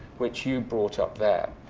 which you brought up there.